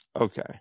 Okay